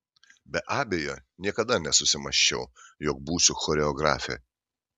be abejo niekada nesusimąsčiau jog būsiu choreografė